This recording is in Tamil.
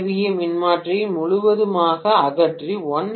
ஏ மின்மாற்றியை முழுவதுமாக அகற்றி 1 எம்